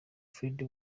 freddy